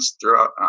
throughout